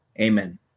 Amen